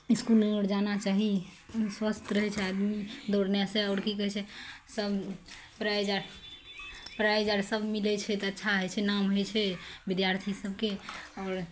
इसकुल आओर जाना चाही स्वस्थ रहय छै आदमी दौड़नेसँ आओर कि कहय छै सब प्राइज आर प्राइज आर सब मिलय छै तऽ अच्छा होइ छै नाम होइ छै विद्यार्थी सबके आओर